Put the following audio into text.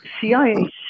CIA